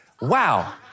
Wow